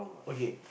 okay